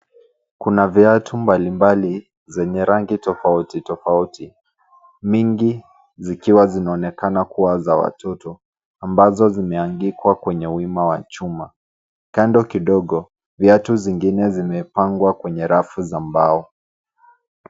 Kuna viatu mbalimbali zenye rangi tofauti tofauti, mingi zikiwa zinaonekana kuwa za watoto ambazo zimeangikwa kwenye wima wa chuma. Kamdo kidogo, viatu zingine zimepangwa kwenye rafu za mbao.